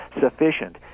sufficient